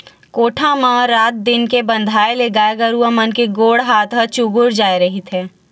कोठा म म रात दिन के बंधाए ले गाय गरुवा मन के गोड़ हात ह चूगूर जाय रहिथे